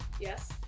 yes